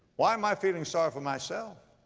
why am i feeling sorry for myself?